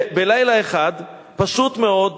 ובלילה אחד, פשוט מאוד,